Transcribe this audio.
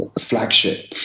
flagship